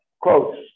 quotes